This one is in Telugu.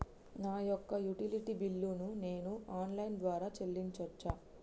నా యొక్క యుటిలిటీ బిల్లు ను నేను ఆన్ లైన్ ద్వారా చెల్లించొచ్చా?